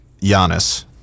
Giannis